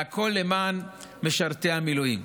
והכול למען משרתי המילואים.